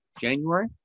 January